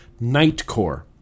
Nightcore